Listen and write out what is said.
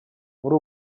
muri